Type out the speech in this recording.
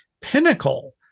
Pinnacle